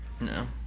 No